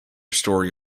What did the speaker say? story